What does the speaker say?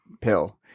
pill